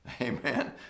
amen